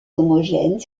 homogène